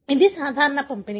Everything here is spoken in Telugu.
కాబట్టి ఇది సాధారణ పంపిణీ